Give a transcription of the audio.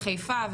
בחיפה,